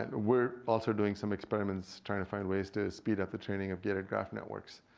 and we're also doing some experiments trying to find ways to speed up the training of gated graph networks.